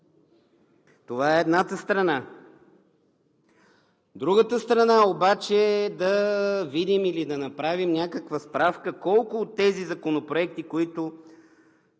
Това е едната страна. Другата страна обаче е, да видим, или да направим някаква справка колко от тези законопроекти, които